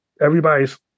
everybody's